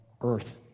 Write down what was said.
earth